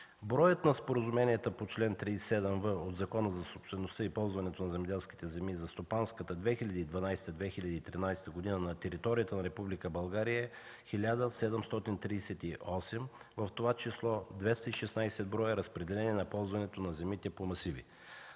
Броят на споразуменията по чл. 37в от Закона за собствеността и ползването на земеделските земи за стопанската 2012-2013 г. на територията на Република България е 1738, в това число 216 броя разпределения на ползването на земите по масиви.